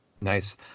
Nice